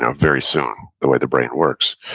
ah very soon, the way the brain works.